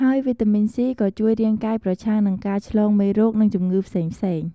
ហើយវីតាមីន C ក៏ជួយរាងកាយប្រឆាំងនឹងការឆ្លងមេរោគ និងជំងឺផ្សេងៗ។